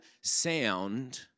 sound